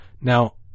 Now